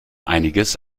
einiges